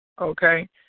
okay